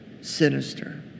Sinister